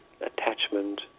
attachment